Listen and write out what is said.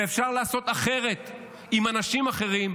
ואפשר לעשות אחרת עם אנשים אחרים,